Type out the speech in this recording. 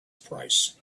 price